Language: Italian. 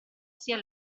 sia